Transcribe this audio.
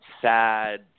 sad